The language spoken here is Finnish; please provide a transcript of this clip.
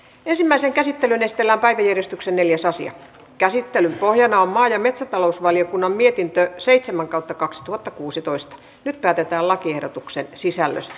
ensimmäisen käsittelyn ja telakan kiristyksen neljäs asian käsittelyn pohjana on maa ja metsätalousvaliokunnan mietintöä seitsemän kautta kaksituhattakuusitoista ja päätetään lakiehdotuksen sisällöstä